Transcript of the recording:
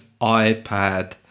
iPad